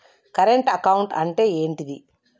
Current account అంటే ఏంటిది?